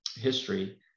history